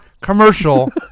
commercial